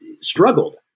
struggled